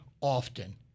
often